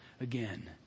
again